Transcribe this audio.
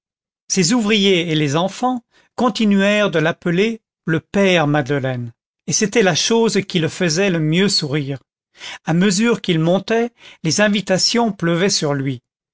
ses ouvriers et les enfants continuèrent de l'appeler le père madeleine et c'était la chose qui le faisait le mieux sourire à mesure qu'il montait les invitations pleuvaient sur lui